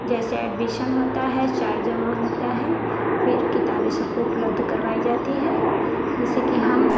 जैसे एडमिशन होता है चार्ज जमा होता है फिर किताबें सबको उपलब्ध कारवाई जाती है जिससे कि हम